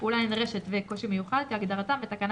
"פעולה נדרשת" ו"קושי מיוחד" כהגדרתם בתקנה